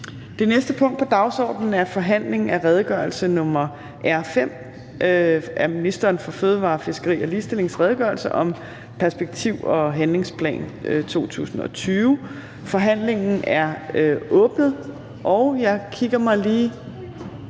Det næste punkt på dagsordenen er: 27) Forhandling om redegørelse nr. R 5: Ministeren for fødevarer, fiskeri og ligestillings redegørelse om perspektiv- og handlingsplan 2020. (Anmeldelse 30.10.2020. Redegørelse givet